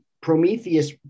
Prometheus